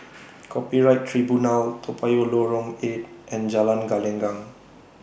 Copyright Tribunal Toa Payoh Lorong eight and Jalan Gelenggang